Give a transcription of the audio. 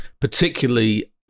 particularly